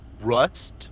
rust